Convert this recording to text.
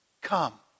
come